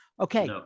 okay